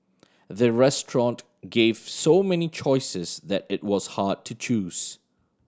the restaurant gave so many choices that it was hard to choose